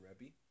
Rebbe